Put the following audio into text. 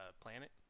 planet